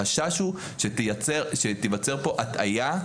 החשש הוא שתיווצר פה הטעיה,